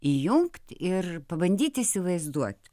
įjungt ir pabandyt įsivaizduot